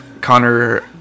Connor